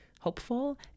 hopeful